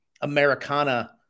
Americana